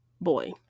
boy